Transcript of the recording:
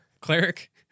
cleric